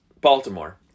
Baltimore